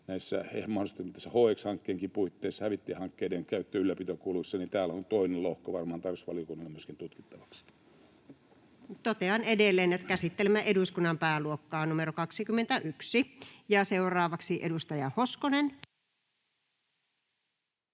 on tehtävää tässä HX-hankkeenkin puitteissa ja hävittäjien käyttö- ja ylläpitokuluissa, niin luulen, että täällä on myöskin toinen lohko varmaan tarkastusvaliokunnalle tutkittavaksi. Totean edelleen, että käsittelemme eduskunnan pääluokkaa numero 21. — Seuraavaksi edustaja Hoskonen.